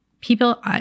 people